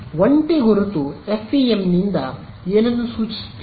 ಒಂಟಿ ಗುರುತು ಎಫ್ಇಎಂನಿಂದ ಏನನ್ನು ಸೂಚಿಸುತ್ತದೆ